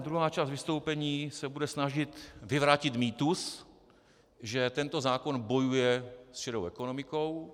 Druhá část vystoupení se bude snažit vyvrátit mýtus, že tento zákon bojuje s šedou ekonomikou.